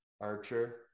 archer